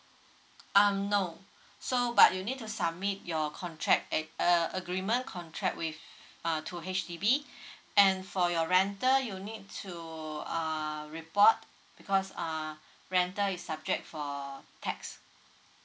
um no so but you need to submit your contract at a agreement contract with uh to H_D_B and for your rental you need to do a report because uh rental is subject for tax